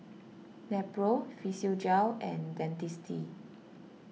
Nepro Physiogel and Dentiste